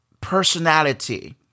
personality